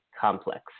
complex